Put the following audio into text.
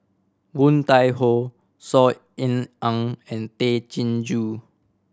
Woon Tai Ho Saw Ean Ang and Tay Chin Joo